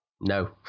No